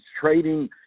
trading